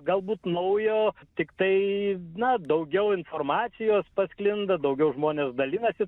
galbūt naujo tiktai na daugiau informacijos pasklinda daugiau žmonės dalinasi